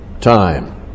time